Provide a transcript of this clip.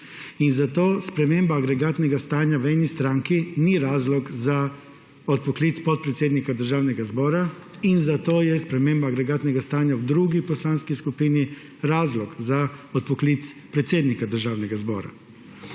Zato sprememba agregatnega stanja v eni stranki ni razlog za odpoklic podpredsednika Državnega zbora in zato je sprememba agregatnega stanja v drugi poslanski skupini razlog zaodpoklic predsednika Državnega zbora.